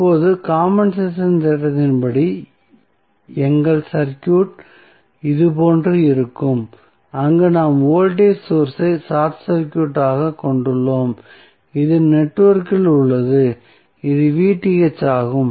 இப்போது காம்பென்சேஷன் தேற்றத்தின் படி எங்கள் சர்க்யூட் இதுபோன்று இருக்கும் அங்கு நாம் வோல்டேஜ் சோர்ஸ் ஐ ஷார்ட் சர்க்யூட்டாகக் கொண்டுள்ளோம் இது நெட்வொர்க்கில் உள்ளது இது ஆகும்